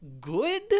good